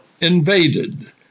invaded